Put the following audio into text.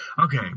okay